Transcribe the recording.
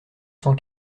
cent